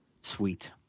Sweet